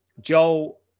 Joel